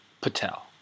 Patel